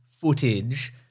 footage